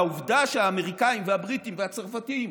העובדה שהאמריקנים והבריטים והצרפתים,